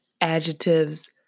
adjectives